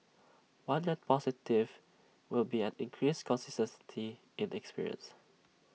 one net positive will be an increased consistency in the experience